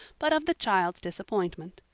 but of the child's disappointment.